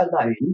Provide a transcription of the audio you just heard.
alone